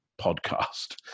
podcast